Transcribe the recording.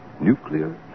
Nuclear